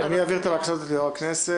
אני אעביר את הבקשה הזאת ליושב-ראש הכנסת